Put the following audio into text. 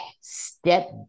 Step